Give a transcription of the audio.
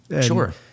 Sure